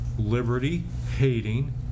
Liberty-hating